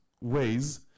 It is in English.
ways